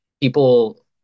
people